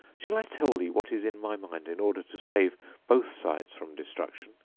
shall i tell thee what is in my mind in order to save both sides from destruction?